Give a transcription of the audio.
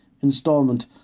installment